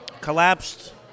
collapsed